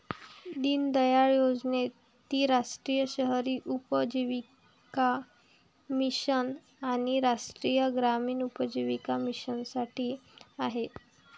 दीनदयाळ योजनेत ती राष्ट्रीय शहरी उपजीविका मिशन आणि राष्ट्रीय ग्रामीण उपजीविका मिशनसाठी आहे